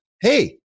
hey